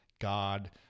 God